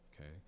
Okay